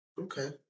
okay